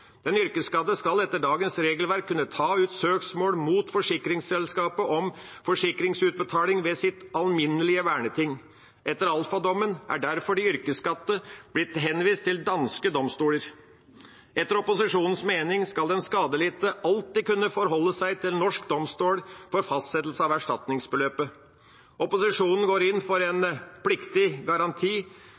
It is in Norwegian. yrkesskadde skal etter dagens regelverk kunne ta ut søksmål mot forsikringsselskapet om forsikringsutbetaling ved sitt alminnelige verneting. Etter Alpha-dommen er derfor de yrkesskadde blitt henvist til danske domstoler. Etter opposisjonens mening skal den skadelidte alltid kunne forholde seg til norsk domstol for fastsettelse av erstatningsbeløpet. Opposisjonen går inn for en pliktig